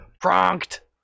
Pranked